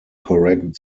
correct